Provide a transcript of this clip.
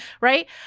Right